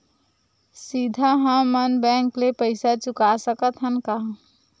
सीधा हम मन बैंक ले पईसा चुका सकत हन का?